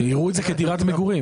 שיראו את זה כדירת מגורים.